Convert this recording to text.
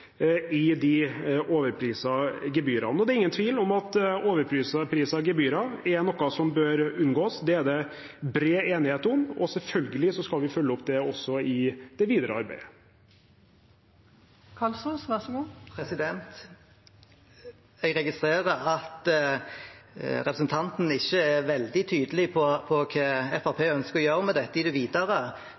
i de overprisede gebyrene. Det er ingen tvil om at overprisede gebyrer er noe som bør unngås. Det er det bred enighet om. Selvfølgelig skal vi følge opp det i det videre arbeidet. Jeg registrerer at representanten ikke er veldig tydelig på hva Fremskrittspartiet ønsker å gjøre med dette videre. Fremskrittspartiet liker ofte å omtale seg som bilistenes parti, noe vi ikke ser er fulgt opp i